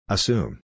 Assume